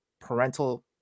parental